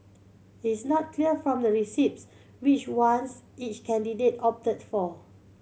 is not clear from the receipts which ones each candidate opted for